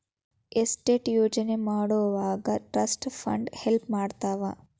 estate ಯೋಜನೆ ಮಾಡೊವಾಗ trust fund help ಮಾಡ್ತವಾ